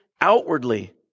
outwardly